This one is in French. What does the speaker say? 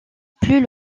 plus